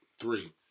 three